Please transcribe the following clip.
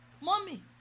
Mommy